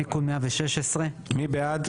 תיקון 116. מי בעד?